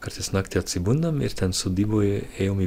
kartais naktį atsibundam ir ten sodyboj ėjom į